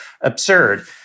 absurd